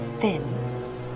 thin